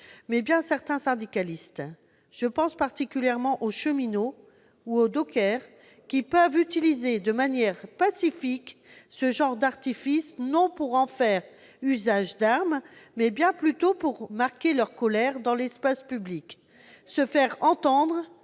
mais bien certains syndicalistes. Je pense en particulier aux cheminots ou aux dockers, qui peuvent utiliser de manière pacifique ce genre d'artifices, non pour en faire usage d'arme, mais bien plutôt pour marquer leur colère dans l'espace public, se faire entendre